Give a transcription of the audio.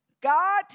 God